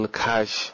cash